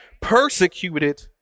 Persecuted